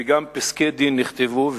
וגם פסקי-דין נכתבו,